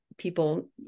people